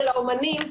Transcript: של האמנים,